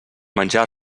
menjar